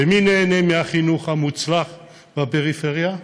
מי נהנה מהחינוך המוצלח בפריפריה?